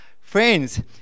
Friends